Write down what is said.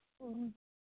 ꯎꯝ